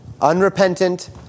unrepentant